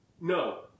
No